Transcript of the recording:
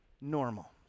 normal